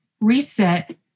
reset